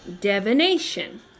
divination